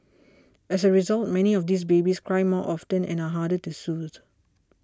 as a result many of these babies cry more often and are harder to soothe